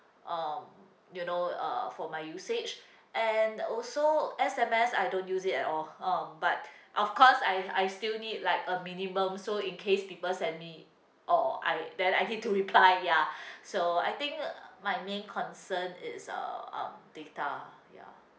um you know uh for my usage and also S_M_S I don't use it at all uh but of course I I still need like a minimum so in case people send me or I then I need to reply ya so I think uh my main concern is uh uh data ya